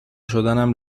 شدنم